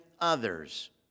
others